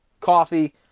coffee